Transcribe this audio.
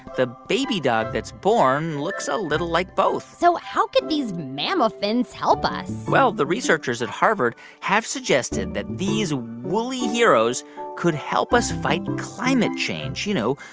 the baby dog that's born looks a little like both so how could these mammophants help us? well, the researchers at harvard have suggested that these woolly heroes could help us fight climate change you know,